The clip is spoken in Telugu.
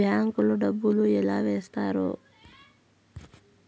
బ్యాంకు లో డబ్బులు ఎలా వేస్తారు